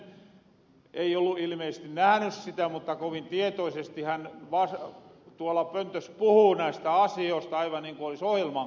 tynkkynen ei ollu ilmeisesti nähny sitä mutta kovin tietoisesti hän tuolla pöntös puhu näistä asioista aivan niinku olis ohjelman kattonu